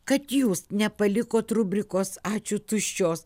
kad jūs nepalikot rubrikos ačiū tuščios